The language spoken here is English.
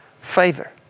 favor